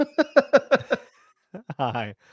Hi